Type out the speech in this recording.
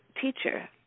teacher